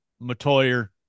Matoyer